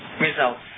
Results